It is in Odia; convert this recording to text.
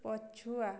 ପଛୁଆ